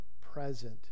present